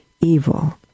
evil